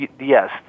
Yes